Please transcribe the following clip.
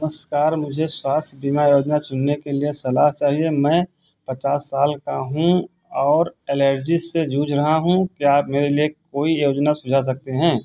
नमस्कार मुझे स्वास्थ्य बीमा योजना चुनने के लिए सलाह चाहिए मैं पचास साल का हूँ और ऐलर्जीस से जूझ रहा हूँ क्या आप मेरे लिए कोई योजना सुझा सकते हैं